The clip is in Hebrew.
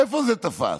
איפה זה תפס?